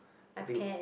I think